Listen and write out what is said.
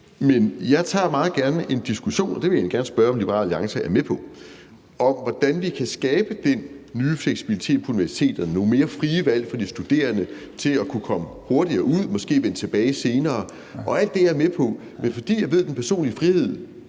Men jeg tager meget gerne en diskussion om – og det vil jeg egentlig gerne spørge om Liberal Alliance er med på – hvordan vi kan skabe den nye fleksibilitet på universiteterne, nogle mere frie valg for de studerende til at kunne komme hurtigere ud og måske vende tilbage senere, og alt det er jeg med på. Men fordi jeg ved, at den personlige frihed